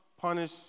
punish